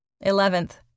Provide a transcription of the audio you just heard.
Eleventh